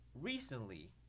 recently